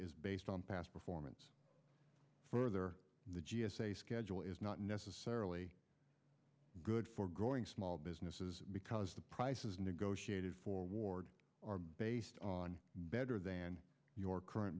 is based on past performance further the g s a schedule is not necessarily good for growing small businesses because the prices negotiated for ward are based on better than your current